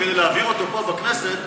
כדי להעביר אותו בכנסת,